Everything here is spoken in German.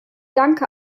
danke